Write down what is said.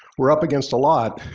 we're up against a lot.